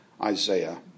Isaiah